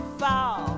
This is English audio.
fall